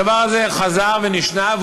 הדבר הזה חזר ונשנה,